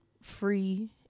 free